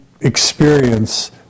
experience